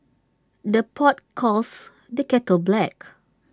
the pot calls the kettle black